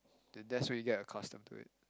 then that's when you get accustomed to it